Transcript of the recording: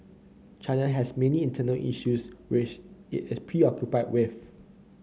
China has many internal issues which it is preoccupied with